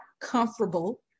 comfortable